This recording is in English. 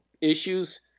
issues